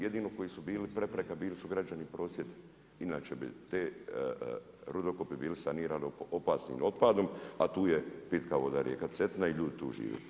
Jedino koji su bili prepreka bili su građani … inače bi te rudokopi bili sanirani opasnim otpadom, a tu je pitka voda rijeka Cetina i ljudi tu žive.